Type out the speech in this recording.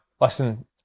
listen